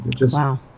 Wow